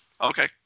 Okay